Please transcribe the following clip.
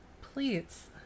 please